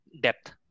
depth